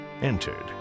entered